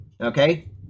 okay